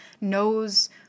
knows